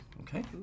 okay